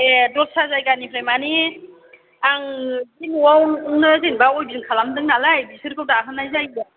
ए दस्रा जायगानिफ्राइ मानि आं एसे नवानो जेनबा अइबिं खालामनाय जादों नालाय बिसोरखौ दाहोनाय जायो